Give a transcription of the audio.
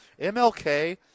mlk